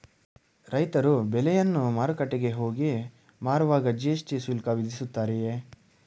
ರೈತರು ಬೆಳೆಯನ್ನು ಮಾರುಕಟ್ಟೆಗೆ ಹೋಗಿ ಮಾರುವಾಗ ಜಿ.ಎಸ್.ಟಿ ಶುಲ್ಕ ವಿಧಿಸುತ್ತಾರೆಯೇ?